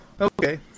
okay